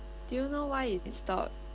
do you know why it stopped